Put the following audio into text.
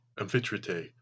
Amphitrite